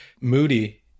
Moody